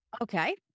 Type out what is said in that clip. Okay